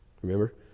Remember